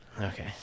Okay